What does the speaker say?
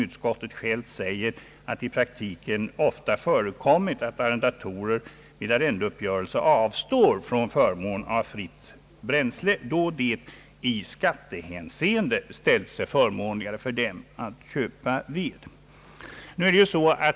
Utskottet framhåller att det i praktiken i stället ofta har förekommit att arrendatorer vid arrendeuppgörelser avstått från förmånen av fritt bränsle, då det i skattehänseende ställt sig förmånligare för dem att köpa veden.